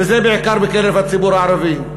וזה בעיקר בקרב הציבור הערבי.